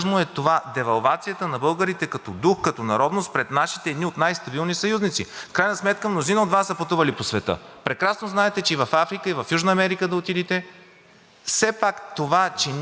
Прекрасно знаете, че и в Африка, и в Южна Америка да отидете, това, че ние сме свързани по някакъв начин с Русия, а между другото, образованите хора в Азия, в Африка, в Южна Америка също знаят, че